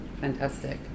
Fantastic